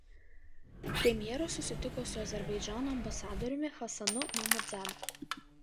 premjeras susitiko su azerbaidžano ambasadoriumi hasanu mammadzada